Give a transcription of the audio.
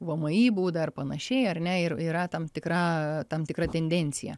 vmi būdą ar panašiai ar ne ir yra tam tikra tam tikra tendencija